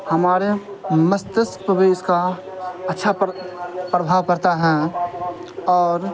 ہمارے مستشک کو بھی اس کا اچھا پربھاؤ پرتا ہیں اور